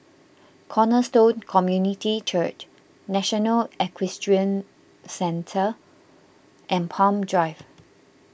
Cornerstone Community Church National Equestrian Centre and Palm Drive